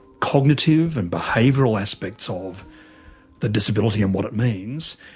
cognitive and behavioural aspects of the disability and what it means,